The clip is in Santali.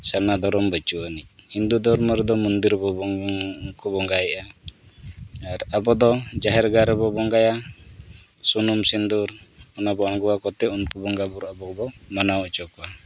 ᱥᱟᱨᱱᱟ ᱫᱷᱚᱨᱚᱢ ᱵᱟᱹᱪᱩᱜ ᱟᱹᱱᱤᱡ ᱦᱤᱱᱫᱩ ᱫᱷᱚᱨᱢᱚ ᱨᱮᱫᱚ ᱢᱚᱱᱫᱤᱨ ᱨᱮᱠᱚ ᱵᱚᱸᱜᱟᱭᱮᱫᱼᱟ ᱟᱨ ᱟᱵᱚ ᱫᱚ ᱡᱟᱦᱮᱨ ᱜᱟᱲ ᱨᱮᱵᱚᱱ ᱵᱚᱸᱜᱟᱭᱟ ᱥᱩᱱᱩᱢ ᱥᱤᱸᱫᱩᱨ ᱚᱱᱟ ᱵᱚᱱ ᱟᱬᱜᱚᱣᱟᱠᱚᱛᱮ ᱩᱱᱠᱩ ᱵᱚᱸᱜᱟᱼᱵᱩᱨᱩ ᱟᱵᱚ ᱵᱚᱱ ᱢᱟᱱᱟᱣ ᱦᱚᱪᱚ ᱠᱚᱣᱟ